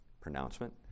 pronouncement